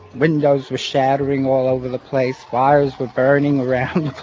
windows were shattering all over the place. fires were burning around